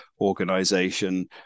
organization